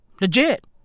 Legit